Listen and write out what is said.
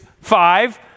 five